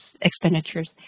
expenditures